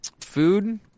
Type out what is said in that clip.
food